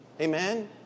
Amen